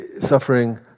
Suffering